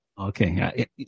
Okay